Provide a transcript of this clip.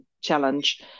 challenge